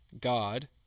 God